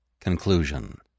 CONCLUSION